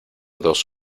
dos